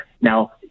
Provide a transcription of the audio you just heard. now